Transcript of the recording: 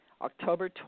October